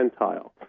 percentile